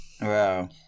Wow